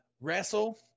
wrestle